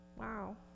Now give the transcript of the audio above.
Wow